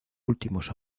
últimos